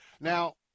Now